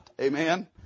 Amen